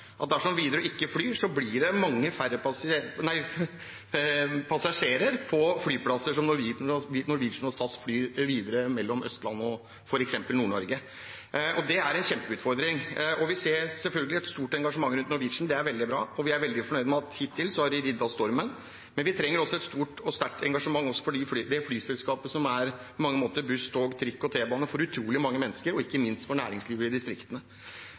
at dersom Widerøe ikke flyr, blir det mange færre passasjerer på flyplasser der Norwegian og SAS flyr, videre mellom Østlandet og f.eks. Nord-Norge. Det er en kjempeutfordring. Vi ser selvfølgelig et stort engasjement rundt Norwegian. Det er veldig bra, og vi er veldig fornøyd med at de hittil har ridd av stormen. Men vi trenger også et stort og sterkt engasjement for det flyselskapet som på mange måter er buss, tog, trikk og T-bane for utrolig mange mennesker, og ikke minst for næringslivet i distriktene.